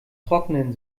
trocknen